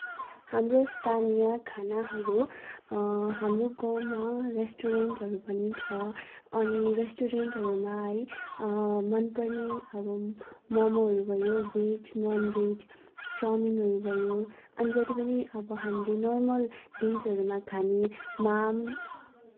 हाम्रो स्थानीय खानाहरू हाम्रो गाउँमा रेस्टुरेन्टहरू पनि छ अनि रेस्टुरेन्टहरूमा है मन पर्ने अब मोमोहरू भयो भेज नन् भेज चाउमिनहरू भयो अनि जति पनि अब हामीले नर्मल डेजहरूमा खाने माम